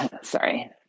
sorry